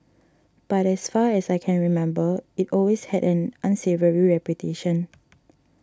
but as far as I can remember it always had an unsavoury reputation